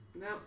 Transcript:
No